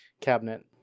cabinet